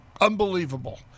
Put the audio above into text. unbelievable